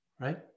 Right